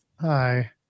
Hi